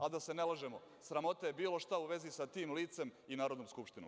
A da se ne lažemo, sramota je bilo šta u vezi sa ti licem i Narodnom skupštinom.